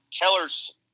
Keller's